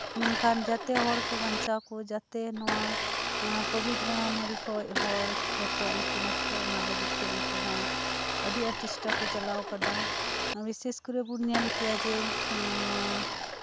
ᱢᱮᱱᱠᱷᱟᱱ ᱡᱟᱛᱮ ᱦᱚᱲ ᱠᱚ ᱵᱟᱧᱪᱟᱣ ᱠᱚ ᱡᱟᱛᱮ ᱱᱚᱶᱟ ᱠᱳᱵᱷᱤᱰ ᱢᱚᱦᱟᱢᱟᱨᱤ ᱠᱷᱚᱱ ᱦᱚᱲ ᱡᱟᱛᱮ ᱟᱞᱚ ᱠᱚ ᱱᱚᱥᱴᱚᱜ ᱚᱱᱟ ᱞᱟᱹᱜᱤᱫᱛᱮ ᱩᱱᱠᱩ ᱦᱚᱸ ᱟᱹᱰᱤ ᱟᱸᱴ ᱪᱮᱥᱴᱟ ᱠᱚ ᱪᱟᱞᱟᱣ ᱟᱠᱟᱫᱟ ᱵᱤᱥᱮᱥ ᱠᱚᱨᱮ ᱵᱚᱱ ᱧᱮᱞ ᱠᱮᱭᱟ ᱡᱮ ᱱᱚᱶᱟ